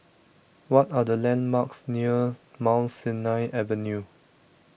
what are the landmarks near Mount Sinai Avenue